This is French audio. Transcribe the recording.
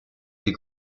des